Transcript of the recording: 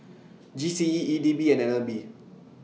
G C E E D B and N L B